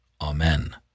Amen